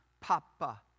papa